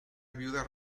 viuda